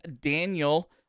Daniel